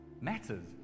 matters